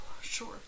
sure